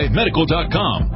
medical.com